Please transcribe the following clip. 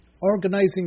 organizing